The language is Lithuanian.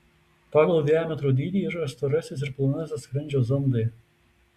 pagal diametro dydį yra storasis ir plonasis skrandžio zondai